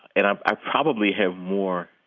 and um i probably have more,